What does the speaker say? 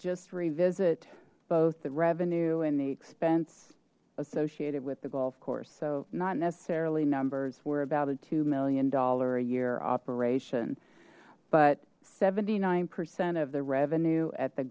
just revisit both the revenue and the expense associated with the golf course so not necessarily numbers we're about a two million dollar a year operation but seventy nine percent of the revenue at the